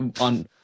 on